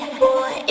boy